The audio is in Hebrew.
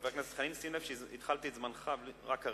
חבר הכנסת חנין, שים לב שהתחלתי את זמנך רק כרגע.